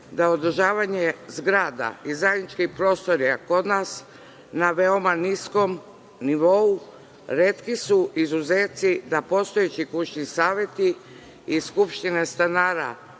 da održavanje zgrada i zajedničkih prostorija kod nas, na veoma niskom nivou. Retki su izuzeci da postojeći Kućni saveti i Skupštine stanara